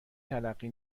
تلقی